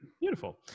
Beautiful